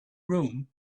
room